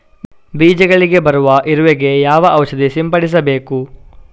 ಬೀಜಗಳಿಗೆ ಬರುವ ಇರುವೆ ಗೆ ಯಾವ ಔಷಧ ಸಿಂಪಡಿಸಬೇಕು?